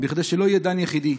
כדי שלא יהיה דן יחידי,